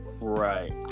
Right